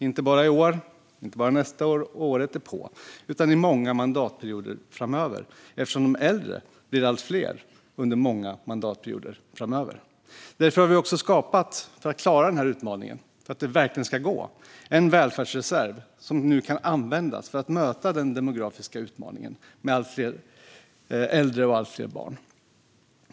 Inte bara i år, nästa år och året därpå utan i många mandatperioder framöver, eftersom de äldre blir allt fler under många mandatperioder framöver. För att det verkligen ska gå att klara den här utmaningen har vi också skapat en välfärdsreserv som nu kan användas för att möta den demografiska utmaningen med allt fler äldre och allt fler barn.